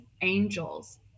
angels